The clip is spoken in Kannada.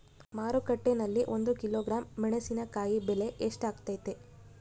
ಮಾರುಕಟ್ಟೆನಲ್ಲಿ ಒಂದು ಕಿಲೋಗ್ರಾಂ ಮೆಣಸಿನಕಾಯಿ ಬೆಲೆ ಎಷ್ಟಾಗೈತೆ?